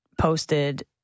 posted